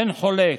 אין חולק,